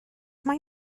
mae